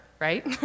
right